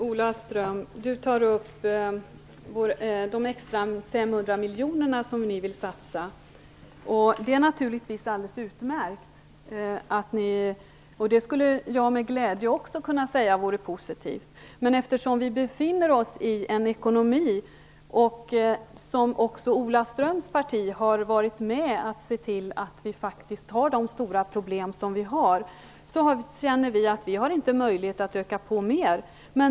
Herr talman! Ola Ström nämner de extra 500 miljoner som Folkpartiet vill satsa. Det är utmärkt. Också jag skulle med glädje kunna säga att det vore positivt. Men vi har en ekonomi med stora problem - också Ola Ströms parti har varit med om att se till att det blivit så - och därför känner vi att det inte är möjligt att öka på mera.